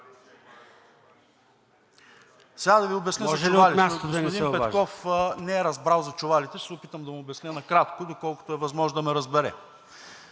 да не се обаждате. ТОМА БИКОВ: Господин Петков не е разбрал за чувалите. Ще се опитам да му обясня накратко, доколкото е възможно да ме разбере.